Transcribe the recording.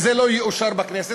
וזה לא יאושר בכנסת,